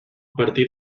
partir